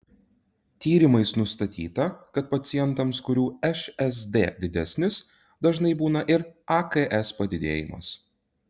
tyrimais nustatyta kad pacientams kurių šsd didesnis dažnai būna ir aks padidėjimas